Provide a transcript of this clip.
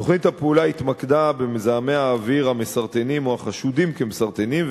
תוכנית הפעולה התמקדה במזהמי האוויר המסרטנים או החשודים כמסרטנים,